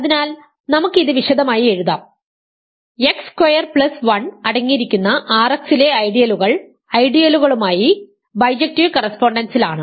അതിനാൽ നമുക്ക് ഇത് വിശദമായി എഴുതാം എക്സ് സ്ക്വയർ പ്ലസ് 1 അടങ്ങിയിരിക്കുന്ന Rx ലെ ഐഡിയലുകൾ ഐഡിയലുകമായി ബൈജക്ടീവ് കറസ്പോണ്ടൻസിലാണ്